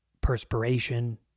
perspiration